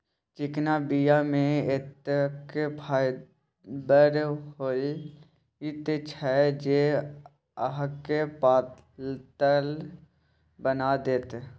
चिकना बीया मे एतेक फाइबर होइत छै जे अहाँके पातर बना देत